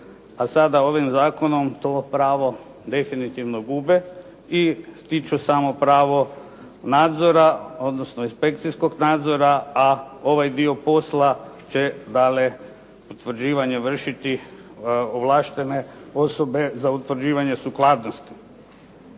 a sada ovim zakonom to pravo definitivno gube i stiču samo pravo nadzora odnosno inspekcijskog nadzora a ovaj dio posla će dalje utvrđivanje vršiti ovlaštene osobe za utvrđivanje sukladnosti.